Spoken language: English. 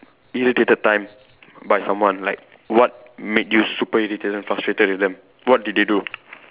irritated time by someone like what made you super irritated and frustrated at them what did they do